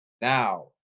Now